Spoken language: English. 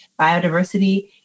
biodiversity